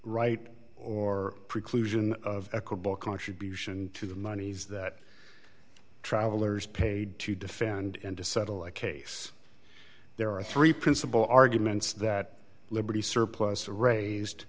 right or preclusion of equable contribution to the monies that travelers paid to defend and to settle a case there are three principal arguments that liberty surplus raised